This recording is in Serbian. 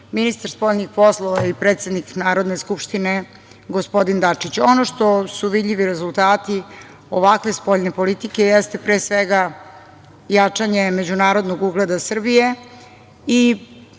ministar spoljnih poslova i predsednik Narodne skupštine gospodin Dačić. Ono što su vidljivi rezultati ovakve spoljne politike jeste pre svega jačanje međunarodnog ugleda Srbije i